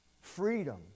freedom